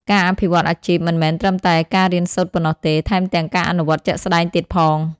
ការអភិវឌ្ឍន៍អាជីពមិនមែនត្រឹមតែការរៀនសូត្រប៉ុណ្ណោះទេ ថែមទាំងការអនុវត្តជាក់ស្តែងទៀតផង។